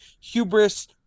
Hubris